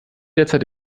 derzeit